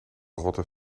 rotte